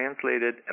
translated